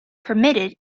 permitted